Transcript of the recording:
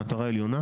מטרה עליונה,